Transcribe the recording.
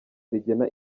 rigena